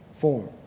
form